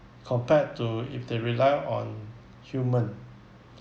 compared to if they rely on human